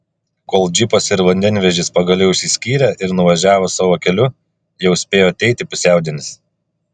kol džipas ir vandenvežis pagaliau išsiskyrė ir nuvažiavo savo keliu jau spėjo ateiti pusiaudienis